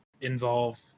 involve